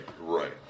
right